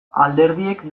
alderdiek